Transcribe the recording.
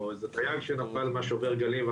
או איזה תייר שנפל משובר הגלים.